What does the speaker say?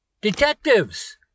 detectives